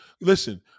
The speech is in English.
Listen